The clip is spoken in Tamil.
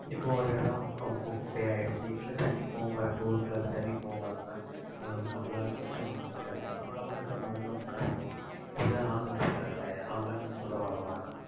இப்போ ஒரு இடம் ரொம்ப குப்பையாயிடுச்சு இல்லை தண்ணி போகாம இருக்குது ஊருக்குள்ளாற தண்ணி போகாம இருக்குதுன்னா அது வந்து நம்மளால் சுத்தம் பண்ண முடியும் நம்மளால் சுத்தம் பண்ணணுன்னா நம்ம என்ன சொல்லுவோம் இதுக்கு தான் ஆள் வச்சுருக்காங்களே அவங்களே வந்து சுத்தம் பண்ண மாட்டாங்களானு கேட்போம்